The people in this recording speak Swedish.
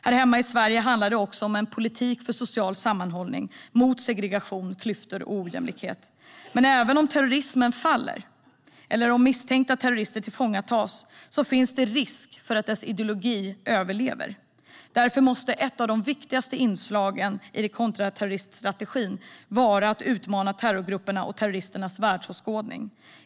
Här hemma i Sverige handlar det också om en politik för social sammanhållning mot segregation, klyftor och ojämlikhet. Men även om terrorismen faller eller om misstänkta terrorister tillfångatas finns det risk för att dess ideologi överlever. Därför måste ett av de viktigaste inslagen i kontraterrorstrategin vara att utmana terrorgruppernas och terroristernas världsåskådning.